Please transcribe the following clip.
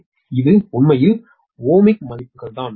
எனவே இது உண்மையில் ஓமிக் மதிப்புகள்